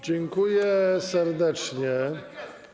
Dziękuję serdecznie.